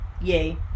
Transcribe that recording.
yay